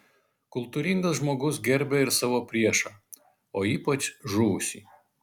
kultūringas žmogus gerbia ir savo priešą o ypač žuvusį